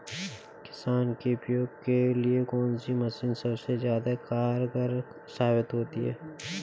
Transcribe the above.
किसान के उपयोग के लिए कौन सी मशीन सबसे ज्यादा कारगर साबित होती है?